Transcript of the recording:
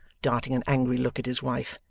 darting an angry look at his wife,